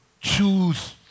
choose